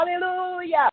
Hallelujah